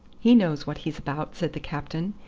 he knows what he's about, said the captain.